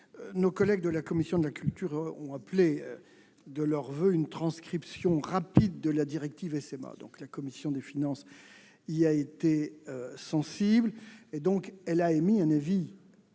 Nos collègues de la commission de la culture ont appelé de leurs voeux une transcription rapide de la directive SMA. La commission des finances y a été sensible et a émis un avis de